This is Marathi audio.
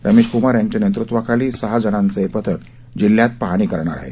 रमेश क्मार यांच्या नेतृत्वाखाली सहा जणांचं हे पथक जिल्ह्यात पाहणी करणार आहे